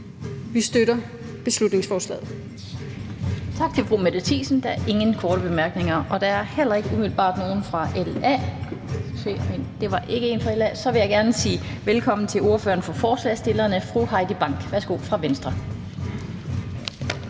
Vi støtter beslutningsforslaget.